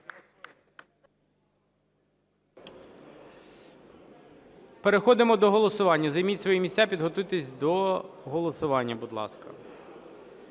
Переходимо до голосування. Займіть свої місця, підготуйтесь до голосування, будь ласка.